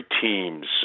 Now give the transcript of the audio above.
teams